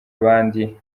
abandi